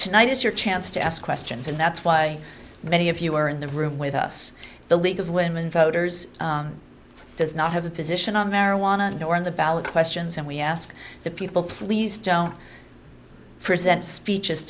tonight is your chance to ask questions and that's why many of you were in the room with us the league of women voters does not have a position on marijuana nor on the ballot questions and we ask the people please don't present speeches